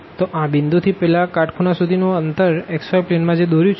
તો આ પોઈન્ટથી પેલા કાટખુણા સુધીનું અંતર xy પ્લેનમાં જે દોર્યું છે એ